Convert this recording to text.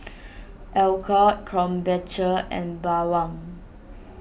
Alcott Krombacher and Bawang